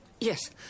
Yes